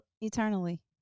Eternally